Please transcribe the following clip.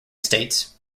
states